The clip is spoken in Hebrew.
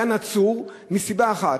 היה נצור מסיבה אחת,